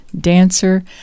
dancer